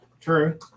True